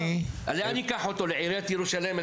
לאן הוא ייקח אותו, לעיריית ירושלים?